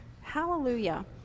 Hallelujah